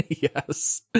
Yes